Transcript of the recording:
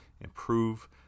improve